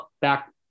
back